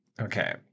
okay